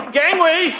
gangway